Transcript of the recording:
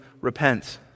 repent